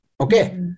Okay